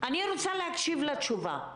אני רוצה להקשיב לתשובה.